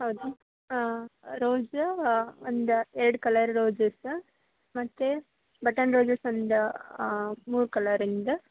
ಹೌದ ಹಾಂ ರೋಜು ಒಂದು ಎರಡು ಕಲ್ಲರ್ ರೋಜಸ್ ಮತ್ತೆ ಬಟನ್ ರೋಜಸ್ ಒಂದು ಮೂರು ಕಲ್ಲರಿಂದು